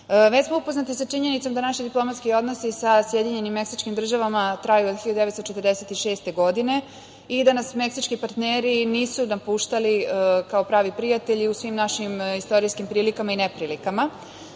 smo upoznati sa činjenicom da naši diplomatski odnosi sa Sjedinjenim Meksičkim Državama traju od 1946. godine i da nas meksički partneri nisu napuštali kao pravi prijatelji u svim našim istorijskim prilikama i neprilikama. Ono